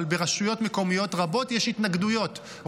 אבל ברשויות מקומיות רבות יש התנגדויות,